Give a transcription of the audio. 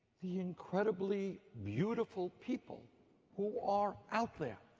the incredibly beautiful people who are out there.